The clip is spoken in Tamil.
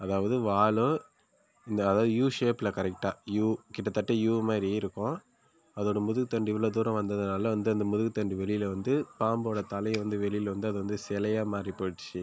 அதாவது வாலும் இந்த அதாவது யூ ஷேப்பில் கரெக்ட்டாக யூ கிட்டத்தட்ட யூ மாதிரியே இருக்கும் அதோடய முதுகுத் தண்டு இவ்வளோ தூரம் வந்ததுனால் வந்து அந்த முதுகுத் தண்டு வெளியில் வந்து பாம்போடய தலையை வந்து வெளியில் வந்து அது வந்து சிலையா மாறிப்போயிடுச்சு